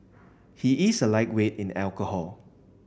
he is a lightweight in alcohol